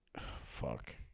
fuck